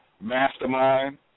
mastermind